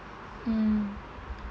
mm